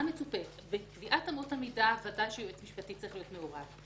בוודאי שבקביעת אמות המידה יועץ משפטי צריך להיות מעורב.